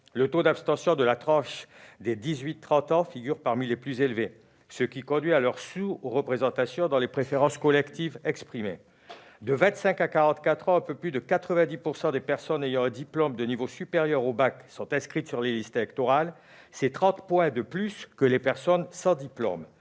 Le taux d'abstention de la tranche des 18-30 ans figure parmi les plus élevés, ce qui conduit à leur sous-représentation dans les préférences collectives exprimées. De 25 à 44 ans, un peu plus de 90 % des personnes ayant un diplôme de niveau supérieur au bac sont inscrites sur les listes électorales, soit 30 points de plus que les personnes sans diplôme.